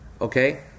Okay